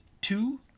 two